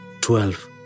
twelve